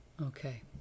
Okay